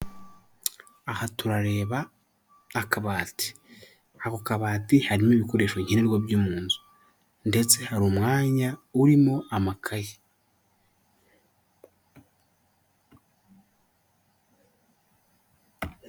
Aha turareba akabati, ako kabati harimo ibikoresho nkenerwa byo mu nzu, ndetse hari umwanya urimo amakaye.